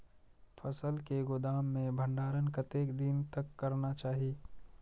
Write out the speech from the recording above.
फसल के गोदाम में भंडारण कतेक दिन तक करना चाही?